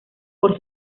por